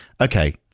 Okay